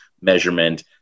measurement